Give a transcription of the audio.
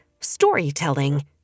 Storytelling